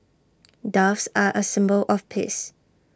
doves are A symbol of peace